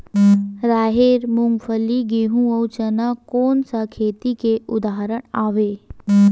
राहेर, मूंगफली, गेहूं, अउ चना कोन सा खेती के उदाहरण आवे?